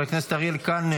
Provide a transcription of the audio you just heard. חבר הכנסת וליד טאהא,